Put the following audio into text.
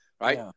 right